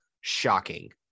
shocking